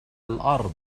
الأرض